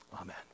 Amen